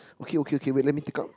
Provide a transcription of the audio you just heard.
okay okay wait let me take out